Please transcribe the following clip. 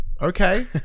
Okay